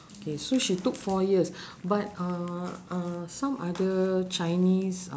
okay so she took four years but uh uh some other chinese uh